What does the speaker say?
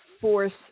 force